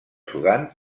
sudan